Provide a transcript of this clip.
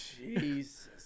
Jesus